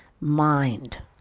mind